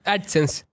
AdSense